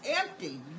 empty